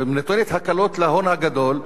שנותנת הקלות להון הגדול,